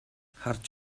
харж